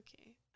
Okay